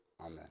amen